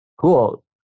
Cool